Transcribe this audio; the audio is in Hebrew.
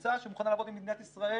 קבוצה שמוכנה לעבוד עם מדינת ישראל